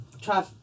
try